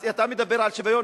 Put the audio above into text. אז אתה מדבר על שוויון.